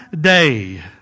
day